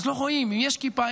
אז לא רואים אם יש כיפה,